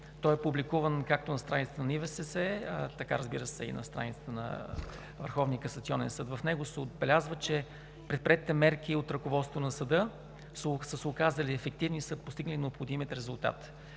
Той е публикуван както на страницата на ИВСС, така, разбира се, и на страницата на Върховния касационен съд. В него се отбелязва, че предприетите мерки от ръководството на съда са се оказали ефективни и са постигнали необходимия резултат.